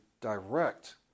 direct